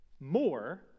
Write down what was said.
More